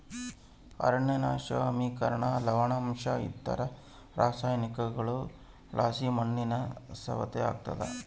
ಅರಣ್ಯನಾಶ ಆಮ್ಲಿಕರಣ ಲವಣಾಂಶ ಇತರ ರಾಸಾಯನಿಕಗುಳುಲಾಸಿ ಮಣ್ಣಿನ ಸವೆತ ಆಗ್ತಾದ